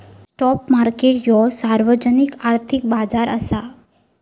spot market ह्यो सार्वजनिक आर्थिक बाजार असा